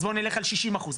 אז בואו נלך על שישים אחוז.